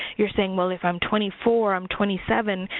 you're saying, well if i'm twenty four, i'm twenty seven,